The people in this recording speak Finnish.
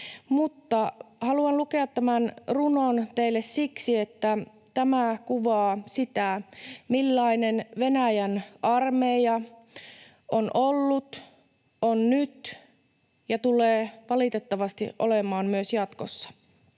mutta haluan lukea tämän runon teille siksi, että tämä kuvaa sitä, millainen Venäjän armeija on ollut, on nyt ja tulee valitettavasti olemaan myös jatkossa.